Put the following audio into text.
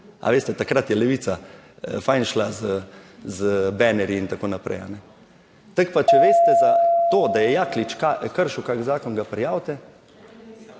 A veste, takrat je Levica fajn šla z benerji, in tako naprej. Tako pa, če veste za to, da je Jaklič kršil kakšen zakon, ga prijavite,